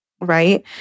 right